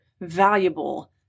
valuable